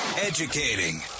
Educating